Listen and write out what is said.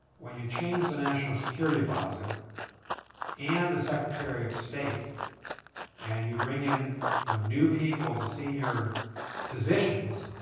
when you change the national security advisor and the secretary of state and you bring in you know new people to senior positions,